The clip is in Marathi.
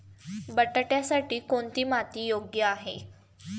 बटाट्यासाठी कोणती माती योग्य आहे?